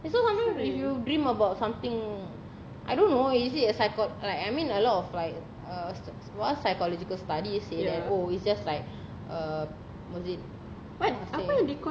that's why sometimes if you dream about something I don't know is it a psycho~ like I mean a lot of like while uh psychological study said that oh it's just like uh was it what seh